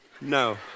No